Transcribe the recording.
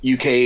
UK